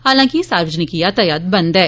हालांकि सार्वजनिक यातायात बंद ऐ